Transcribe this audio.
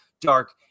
dark